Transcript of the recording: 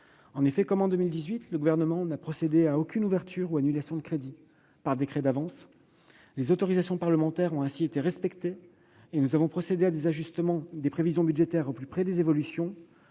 remercie. Comme en 2018, le Gouvernement n'a procédé à aucune ouverture ou annulation de crédits par décret d'avance. Les autorisations parlementaires ont été respectées et nous avons procédé à l'ajustement des prévisions budgétaires au plus près des évolutions,